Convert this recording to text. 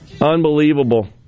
Unbelievable